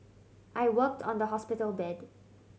I worked on the hospital bed